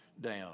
down